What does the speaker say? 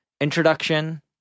introduction